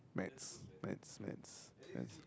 maths maths maths maths